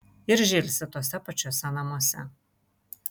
ir žilsi tuose pačiuose namuose